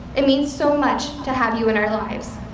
it means so much to have you in our lives.